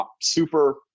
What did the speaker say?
super